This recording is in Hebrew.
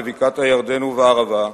בבקעת-הירדן ובערבה,